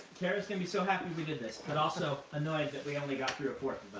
kara's going to be so happy we did this, but also annoyed that we only got through a fourth